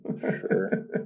Sure